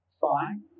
Fine